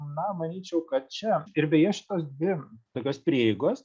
na manyčiau kad čia ir beje šitos dvi tokios prieigos